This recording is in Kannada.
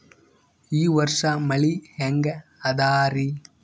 ಈ ವರ್ಷ ಮಳಿ ಹೆಂಗ ಅದಾರಿ?